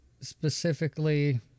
specifically